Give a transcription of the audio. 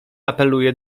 apeluje